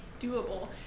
doable